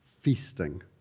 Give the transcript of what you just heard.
feasting